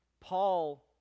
Paul